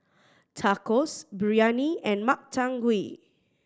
Tacos Biryani and Makchang Gui